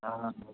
అవునండి